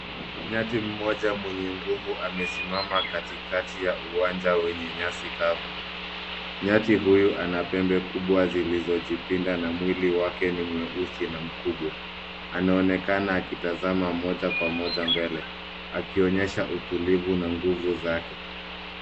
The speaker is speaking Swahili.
Nyati mmoja mwenye nguvu amesimama, katikati ya uwanja wenye nyasi kavu. Nyati huyu ana pembe kubwa zilizojipinda na mwili wake ni mweusi na mkubwa. Anaonekana akitazama moja kwa moja mbele, akionyesha utulivu na nguvu zake.